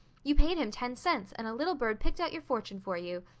you paid him ten cents and a little bird picked out your fortune for you.